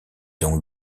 ont